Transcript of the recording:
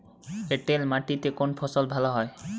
এঁটেল মাটিতে কোন ফসল ভালো হয়?